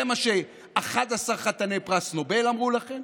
זה מה ש-11 חתני פרס נובל אמרו לכם,